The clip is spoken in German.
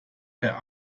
per